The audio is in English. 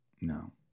No